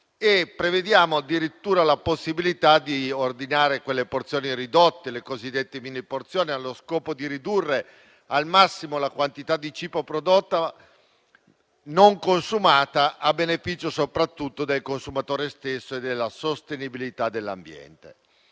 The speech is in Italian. e prevediamo addirittura la possibilità di ordinare porzioni ridotte (le cosiddette miniporzioni), allo scopo di ridurre al massimo la quantità di cibo prodotta non consumata, a beneficio soprattutto del consumatore stesso e della sostenibilità dell'ambiente.